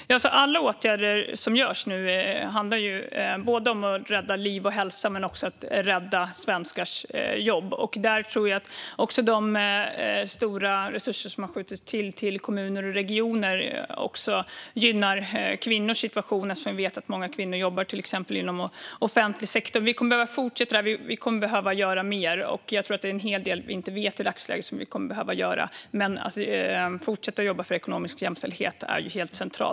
Fru talman! Alla åtgärder som nu vidtas handlar både om att rädda liv och hälsa och om att rädda svenskars jobb. Jag tror att de stora resurser som har tillskjutits kommuner och regioner också gynnar kvinnors situation, eftersom vi vet att många kvinnor jobbar till exempel inom offentlig sektor. Vi kommer att behöva fortsätta med det här. Vi kommer att behöva göra mer, och jag tror att det är en hel del som vi inte vet i dagsläget. Vi kommer att fortsätta att jobba för ekonomisk jämställdhet; det är helt centralt.